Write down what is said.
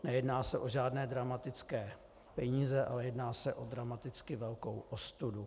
Nejedná se o žádné dramatické peníze, ale jedná se o dramaticky velkou ostudu.